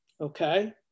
okay